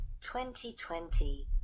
2020